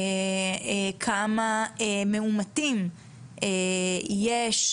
כמה מאומתים יש,